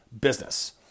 business